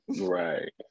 Right